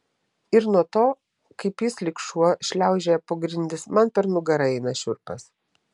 ir nuo to kaip jis lyg šuo šliaužioja po grindis man per nugarą eina šiurpas